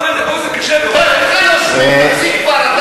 אוזן קשבת, לא שומעים, תפסיק כבר.